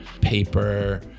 paper